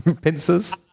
Pincers